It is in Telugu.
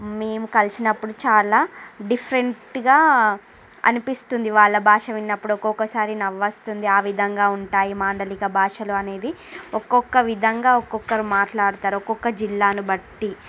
మేము కలిసినప్పుడు చాలా డిఫరెంట్గా అనిపిస్తుంది వాళ్ళ భాష విన్నపుడు ఒక్కొక్కసారి నవ్వొస్తుంది ఆ విధంగా ఉంటాయి మాండలిక భాషలు అనేవి ఒకొక్క విధంగా ఒకొక్కరు మాట్లాడతారు ఒకొక్క జిల్లాను బట్టి